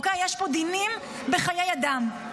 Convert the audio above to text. יש פה דינים בחיי אדם.